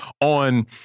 on